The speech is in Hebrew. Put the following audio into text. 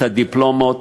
את הדיפלומות,